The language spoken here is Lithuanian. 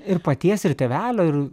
ir paties ir tėvelio ir